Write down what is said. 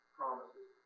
promises